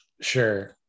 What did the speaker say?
Sure